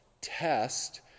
test